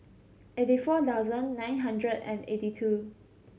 eighty four thousand nine hundred and eighty two